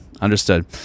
Understood